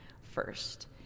first